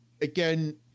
again